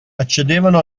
accedevano